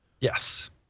yes